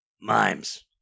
Mimes